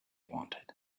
wanted